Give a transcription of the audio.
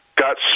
got